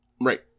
Right